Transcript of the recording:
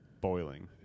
boiling